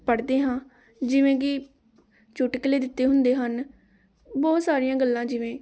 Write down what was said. ਪੜ੍ਹਦੇ ਹਾਂ ਜਿਵੇਂ ਕਿ ਚੁਟਕਲੇ ਦਿੱਤੇ ਹੁੰਦੇ ਹਨ ਬਹੁਤ ਸਾਰੀਆਂ ਗੱਲਾਂ ਜਿਵੇਂ